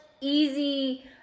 Easy